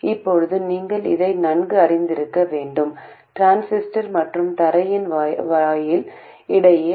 இப்போது நீங்கள் நிச்சயமாக வழக்கமான கிர்ச்சாஃப் சட்டத்தை எழுதி அதை கண்டுபிடிக்க முடியும்